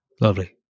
Lovely